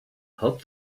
help